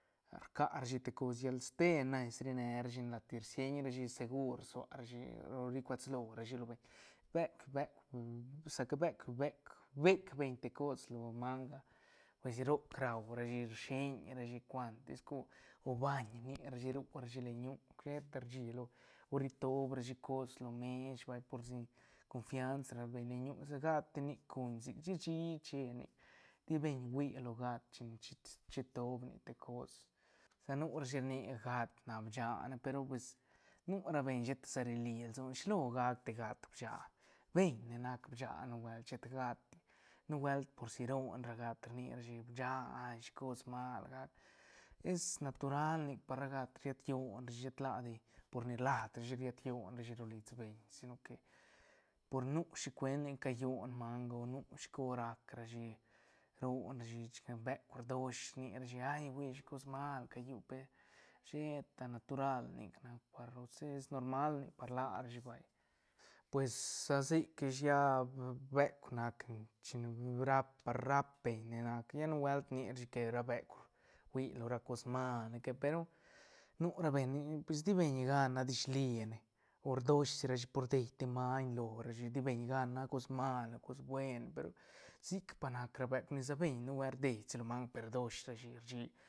Rca ra shi te cos llal ste nes rine rashi lat ni rsieñ rashi segur suarashi o rocuas lorashi lo beñ beuk- beuk sa ca beuk- beuk bec beñ te cos lo manga pues roc rau rashi rshiñrashi cuantis co o baiñ nirashi ru ra shi leñu sheta rshilo o rri toob rashi cos lo mesh bal por si confianza rap beñ len ñu sa gat ti nic guñ sic shi- shi che nic ti beñ hui lo gat chin- chi tis chi toob nic te cos sa nu rashi rni que gat nac bicha ne pe ru pues nu ra beñ sheta sa ri li lsobeñ shi lo gac te gat bicha beñ ne nac bicha nubuelt shet gat ti nubuelt por si ron ra gat rni rashi que bicha ah shi cos mal es natural nic par ra gat riet llonshi shet ladi por ni rlas rashi riet ro rashi ro lis beñ si no que por nu shicuent ni ca callon manga o nu shicos rac rashi ron rashi chic beuk rdosh rni rashi hay hui shi cos mal cayu pet sheta natural nic nac par ose es normal nic par larashi vay pues sa sic ish lla beuk nac ni chin par rap par rap beñ ne nac lla nubuelt rni rashi que ra beuk hui lo ra cos mal ne que pe ru nu ra beñ ni pues ti beñ gan la disline o rdosh rashi por dei maiñ lo rashi ti beñ gan la cos mal o cos buen pe ru sic pa nac ra beuk ni sa beñ nubuelt rdei ra manga per rdosh rashi rshí.